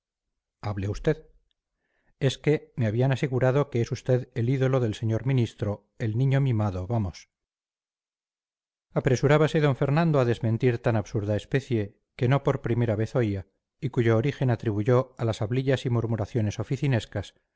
hable usted es que me habían asegurado que es usted el ídolo del señor ministro el niño mimado vamos apresurábase d fernando a desmentir tan absurda especie que no por primera vez oía y cuyo origen atribuyó a las hablillas y murmuraciones oficinescas